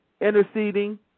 interceding